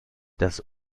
das